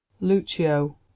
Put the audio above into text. lucio